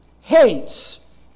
hates